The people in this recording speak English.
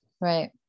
Right